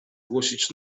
głosić